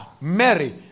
Mary